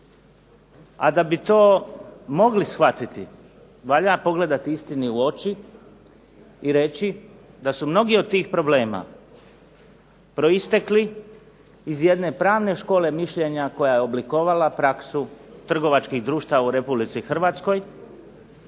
a da bi to mogli shvatiti valja pogledati istini u oči i reći da su mnogi od tih problema proistekli iz jedne pravne škole mišljenja koja je oblikovala praksu trgovačkih društava u Republici Hrvatskoj,